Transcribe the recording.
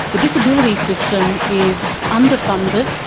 the disability system is underfunded,